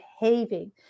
behaving